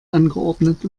angeordnet